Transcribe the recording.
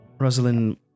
Rosalind